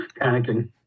panicking